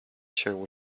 się